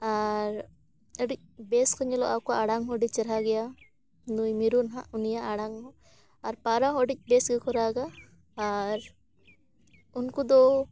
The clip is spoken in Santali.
ᱟᱨ ᱟᱹᱰᱤ ᱵᱮᱥ ᱠᱚ ᱧᱮᱞᱚᱜᱼᱟ ᱟᱠᱚᱣᱟᱜ ᱟᱲᱟᱝ ᱦᱚᱸ ᱟᱹᱰᱤ ᱪᱮᱨᱦᱟ ᱜᱮᱭᱟ ᱱᱩᱭ ᱢᱤᱨᱩ ᱦᱟᱸᱜ ᱩᱱᱤᱭᱟᱜ ᱟᱲᱟᱝ ᱦᱚᱸ ᱟᱨ ᱯᱟᱨᱟ ᱦᱚᱸ ᱟᱹᱰᱤ ᱵᱮᱥ ᱜᱮᱠᱚ ᱨᱟᱜᱟ ᱟᱨ ᱩᱱᱠᱩ ᱫᱚ